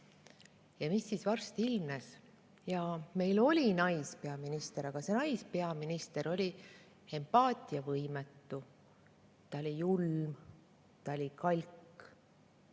Mis siis varsti ilmnes? Jaa, meil oli naispeaminister, aga see naispeaminister oli empaatiavõimetu, ta oli julm, ta oli kalk.